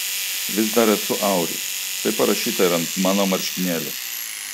vis dar esu auri taip parašyta ir ant mano marškinėlių